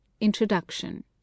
introduction